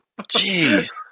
Jeez